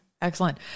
excellent